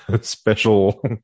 special